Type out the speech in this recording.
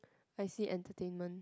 I see entertainment